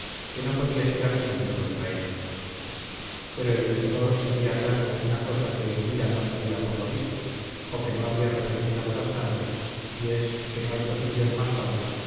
que no podía ser argumento contra ella pero el lector sabía acaso una cosa que elvira no sabía por lo visto o que no había reflexionado bastante y es que no hay posición más falsa